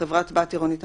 וחברת בת עירונית,